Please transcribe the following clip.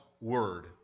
word